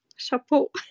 chapeau